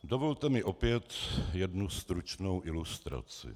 Dovolte mi opět jednu stručnou ilustraci.